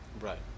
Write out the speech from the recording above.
right